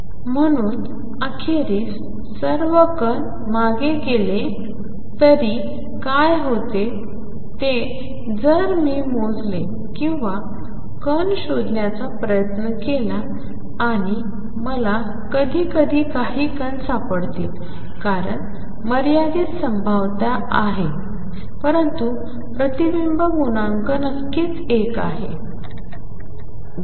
म्हणून अखेरीस सर्व कण मागे गेले तरी काय होते ते जर मी मोजले किंवा कण शोधण्याचा प्रयत्न केला आणि मला कधीकधी काही कण सापडतील कारण मर्यादित संभाव्यता आहे परंतु प्रतिबिंब गुणांक नक्कीच 1 आहे